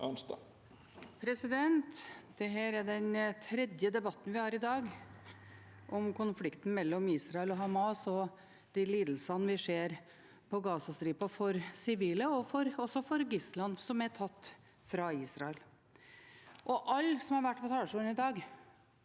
Dette er den tredje debatten vi har i dag om konflikten mellom Israel og Hamas og de lidelsene vi ser på Gazastripen for sivile, og også for gislene som er tatt fra Israel. Alle som har vært på talerstolen i dag,